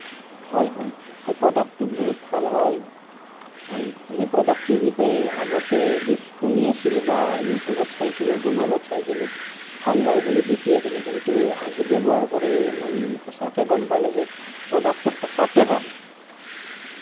হয় হয় হয় প্ৰ'ডাক্টটো বহুত ভাল হয় হয় মানে প্ৰ'ডাক্টটোৰ বিষয়ে আগতে শুনি আছিলো বা ইউটিউবত চাইছিলোঁ গুগ'লত চাইছিলোঁ ভাল ভাল বুলি দেখি আছিলো কিন্তু আজি ব্যৱহাৰ কৰি মই সঁচাকৈ গম পালোঁ যে প্ৰ'ডাক্টটো সঁচাকৈ ভাল